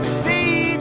see